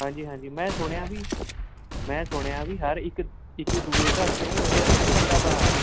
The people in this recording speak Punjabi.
ਹਾਂਜੀ ਹਾਂਜੀ ਮੈਂ ਸੁਣਿਆ ਵੀ ਮੈਂ ਸੁਣਿਆ ਵੀ ਹਰ ਇੱਕ ਇੱਕ ਦੂਜੇ ਘਰ 'ਚੋ ਇੱਕ ਬੰਦਾ ਬਾਹਰ ਹੈ